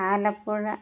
Alappuzha